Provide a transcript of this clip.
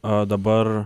a dabar